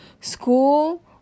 school